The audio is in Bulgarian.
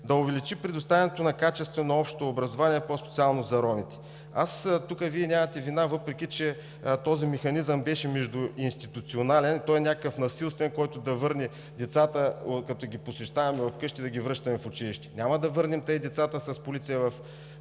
Да увеличи предоставянето на качествено общо образование – по-специално за ромите. Тук Вие нямате вина, въпреки че този механизъм беше междуинституционален. Той е насилствен, за да върнем децата ги посещаваме в къщи, за да ги връщаме в училище. Няма да върнем с полиция